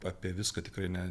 apie viską tikrai ne